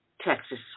Texas